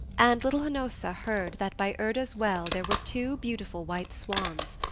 and little hnossa heard that by urda's well there were two beautiful white swans.